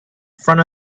front